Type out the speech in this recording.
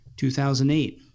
2008